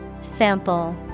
Sample